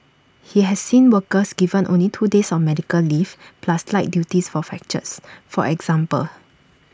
he has seen workers given only two days of medical leave plus light duties for fractures for example